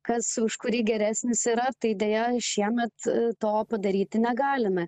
kas už kurį geresnis yra tai deja šiemet to padaryti negalime